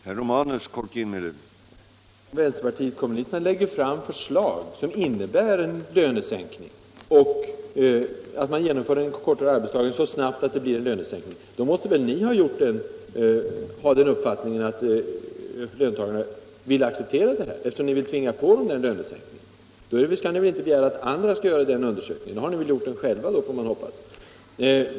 Herr talman! Om vänsterpartiet kommunisterna lägger fram förslag om ett så snabbt genomförande av förkortad arbetsdag, att det innebär en påtvingad lönesänkning, måste väl ni ha uppfattningen att löntagarna kommer att acceptera detta. Ni kan väl inte begära att andra skall göra en undersökning av hur det förhåller sig med det, utan man får hoppas att ni själva har gjort en sådan.